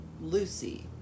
Lucy